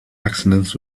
accidents